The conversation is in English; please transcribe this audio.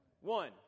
One